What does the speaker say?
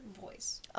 voice